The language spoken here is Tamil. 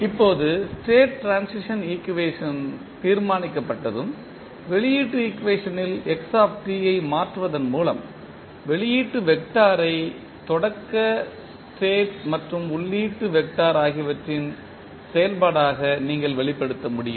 இப்போது ஸ்டேட் ட்ரான்சிஷன் ஈக்குவேஷன்டு தீர்மானிக்கப்பட்டதும் வெளியீட்டு ஈக்குவேஷன்ட்டில் x ஐ மாற்றுவதன் மூலம் வெளியீட்டு வெக்டாரை தொடக்க ஸ்டேட் மற்றும் உள்ளீட்டு வெக்டார் ஆகியவற்றின் செயல்பாடாக நீங்கள் வெளிப்படுத்த முடியும்